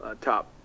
top